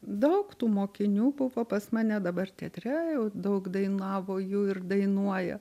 daug tų mokinių buvo pas mane dabar teatre jau daug dainavo jų ir dainuoja